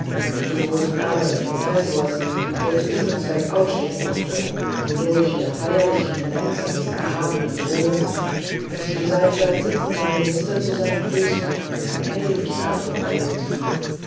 zum großen ärger des professors der zu diesem zweck aufstehen mußte wodurch der feierliche moment seines erhabenen thronens mit dem seitwärts sitzenden minister zu seinen füßen erheblichen abbruch erlitt